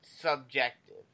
subjective